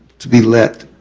to be let,